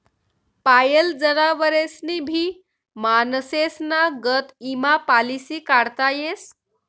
पायेल जनावरेस्नी भी माणसेस्ना गत ईमा पालिसी काढता येस